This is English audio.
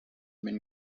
been